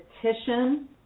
petition